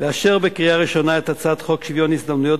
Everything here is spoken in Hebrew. בקריאה ראשונה להצעת חוק שוויון ההזדמנויות